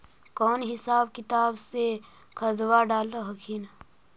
कौन हिसाब किताब से खदबा डाल हखिन?